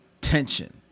tension